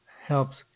helps